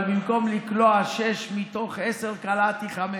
אבל במקום לקלוע שש מתוך עשר קלעתי חמש,